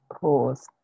Pause